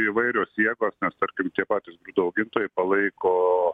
įvairios jėgos nes tarkim tie patys grūdų augintojai palaiko